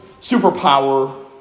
superpower